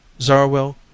zarwell